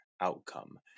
outcome